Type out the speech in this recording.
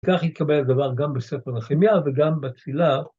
‫כך יתקבל הדבר גם בספר הכימיה ‫וגם בתפילה.